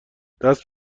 دست